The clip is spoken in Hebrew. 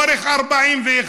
אורך, 41,